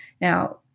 Now